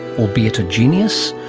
albeit a genius?